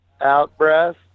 Out-breath